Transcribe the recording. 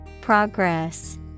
Progress